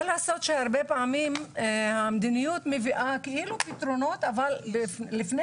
מה לעשות שהרבה פעמים המדיניות כאילו מביאה פתרונות אבל לפני